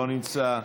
לא נמצא,